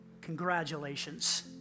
Congratulations